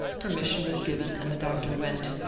permission was given, and the doctor went.